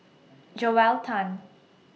Joel Tan